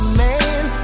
man